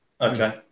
Okay